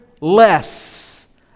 less